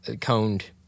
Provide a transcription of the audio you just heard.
Coned